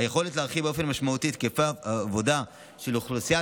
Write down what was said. היכולת להרחיב באופן משמעותי את היקפי העבודה של אוכלוסיית